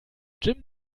jim